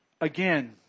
again